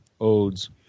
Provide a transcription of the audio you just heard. Odes